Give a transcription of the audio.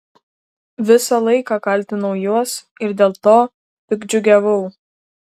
visą laiką kaltinau juos ir dėl to piktdžiugiavau